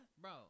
Bro